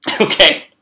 Okay